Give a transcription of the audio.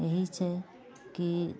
यही छै कि